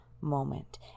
moment